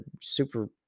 super